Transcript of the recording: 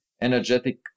energetic